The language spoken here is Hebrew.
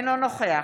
אינו נוכח